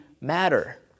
matter